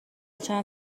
چند